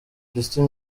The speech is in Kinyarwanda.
justin